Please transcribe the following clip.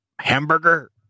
hamburger